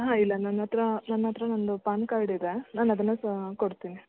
ಹಾಂ ಇಲ್ಲ ನನ್ನ ಹತ್ರ ನನ್ನ ಹತ್ರ ನನ್ನದು ಪಾನ್ ಕಾರ್ಡ್ ಇದೆ ನಾನದನ್ನು ಕೊಡ್ತೀನಿ